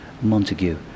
Montague